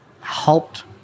helped